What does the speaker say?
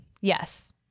Yes